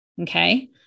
okay